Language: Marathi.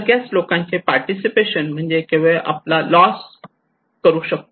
सगळ्याच लोकांचे पार्टिसिपेशन म्हणजे केवळ आपला लॉस करू शकतो